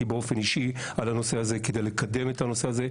באופן אישי על הנושא הזה כדי לקדם אותו.